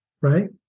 right